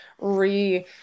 re